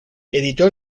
editó